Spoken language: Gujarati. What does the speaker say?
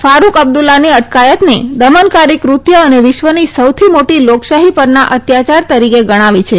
ફારૂક અબ્દુલ્લાની અટકાયતને દમનકારી કૃત્ય અને વિશ્વની સૌથી મોટી લોકશાહી પરના અત્યાચાર તરીકે ગણાવી છે